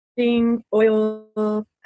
oil